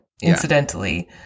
incidentally